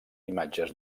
imatges